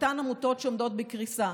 אותן עמותות שעומדות בפני קריסה.